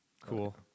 Cool